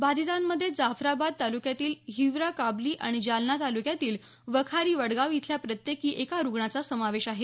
बाधितांमध्ये जाफराबाद तालुक्यातील हिवराकाबली आणि जालना तालुक्यातील वखारी वडगाव इथल्या प्रत्येकी एका रुग्णाचा समावेश आहे